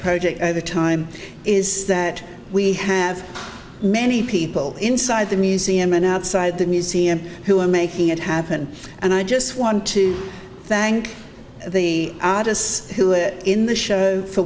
project the time is that we have many people inside the museum and outside the museum who are making it happen and i just want to thank the artists who it in the show